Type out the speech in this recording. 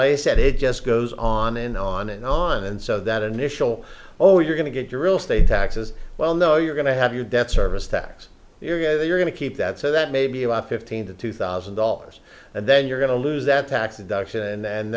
i said it just goes on and on and on and so that initial oh you're going to get your real estate taxes well no you're going to have your debt service tax period you're going to keep that so that maybe you have fifteen to two thousand dollars and then you're going to lose that tax deduction and